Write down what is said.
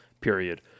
Period